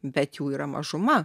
bet jų yra mažuma